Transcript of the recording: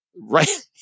right